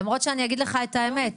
למרות שאני אגיד לך את האמת,